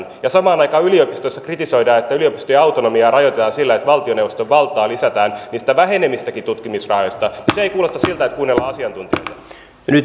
ja samaan aikaan yliopistoissa kritisoidaan että yliopistojen autonomiaa rajoitetaan sillä että valtioneuvoston valtaa lisätään niistä vähenevistäkin tutkimislaista ei tule siitä kun asia mitä tutkimusrahoista